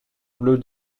bleue